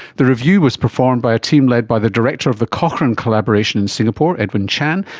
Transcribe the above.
the review was performed by a team led by the director of the cochrane collaboration in singapore, edwin chan,